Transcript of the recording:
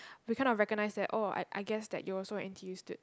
we kind of recognise that oh I I guess that you're also a N_T_U stu~